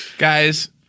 Guys